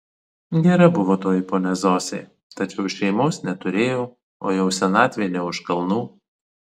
gera buvo toji ponia zosė tačiau šeimos neturėjo o jau senatvė ne už kalnų